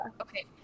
Okay